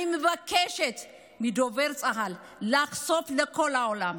אני מבקשת מדובר צה"ל לחשוף לכל העולם.